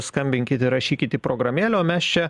skambinkit ir rašykit į programėlę o mes čia